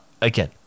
again